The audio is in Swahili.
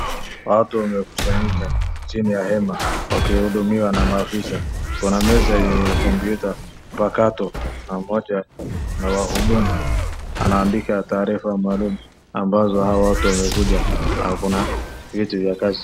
Watu wamekusanyika chini ya hema wakihudumiwa na maafisa. Kuna meza yenye kompyuta pakato na moja na wahudumu anaandika taarifa maalum ambazo hao watu wamekuja na kuna viti vya kazi.